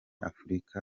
afurika